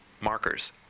markers